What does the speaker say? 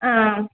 ആ